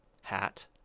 hat